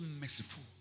merciful